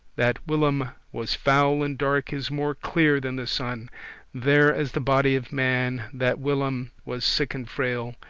that whilom was foul and dark, is more clear than the sun there as the body of man that whilom was sick and frail,